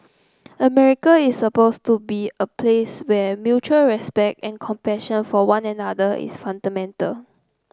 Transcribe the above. America is supposed to be a place where mutual respect and compassion for one another is fundamental